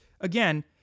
again